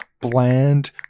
bland